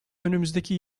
önümüzdeki